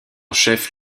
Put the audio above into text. chef